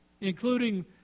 including